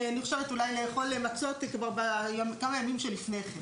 אני חושבת אולי לאכול מצות בכמה ימים שלפני כן,